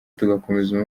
tugakomeza